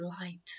light